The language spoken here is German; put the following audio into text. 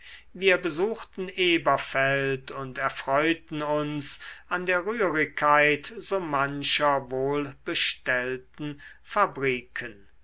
wir besuchten elberfeld und erfreuten uns an der rührigkeit so mancher wohlbestellten fabriken